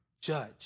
Judge